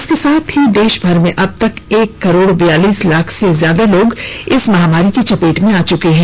इसके साथ ही देश भर में अब तक एक करोड बियालीस लाख से ज्यादा लोग इस महामारी की चपेट में आ चुके हैं